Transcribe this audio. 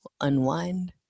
unwind